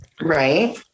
Right